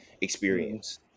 experience